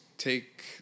take